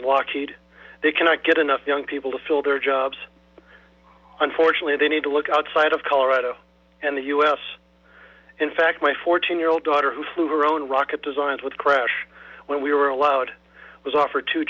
and lockheed they cannot get enough young people to fill their jobs unfortunately they need to look outside of colorado and the us in fact my fourteen year old daughter who flew her own rocket designs crash when we were allowed was offered t